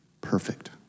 Perfect